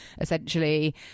essentially